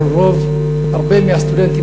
הרבה מהסטודנטים,